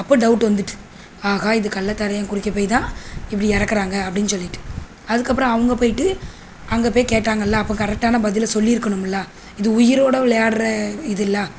அப்போது டவுட்டு வந்துட்டு ஆஹா இது கள்ளச்சாராயம் குடிக்க போயி தான் இப்படி இறக்குறாங்க அப்படின்னு சொல்லிட்டு அதுக்கு அப்புறம் அவங்க போய்ட்டு அங்கே போய் கேட்டாங்கள அப்போ கரெக்டான பதிலை சொல்லியிருக்கணும்ல இது உயிரோட விளையாடுற இதுல்ல